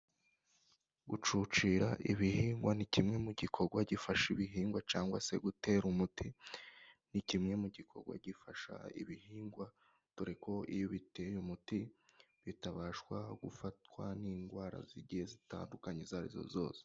Gucucira ibihingwa ni kimwe mu gikorwa gifasha ibihingwa, cyangwa se gutera umuti ni kimwe mu gikorwa gifasha ibihingwa, dore ko iyo biteye umuti bitabashwa gufatwa n'indwara z'igiye zitandukanye izo arizo zose.